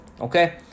okay